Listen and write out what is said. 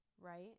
right